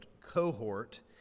cohort